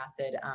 acid